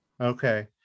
Okay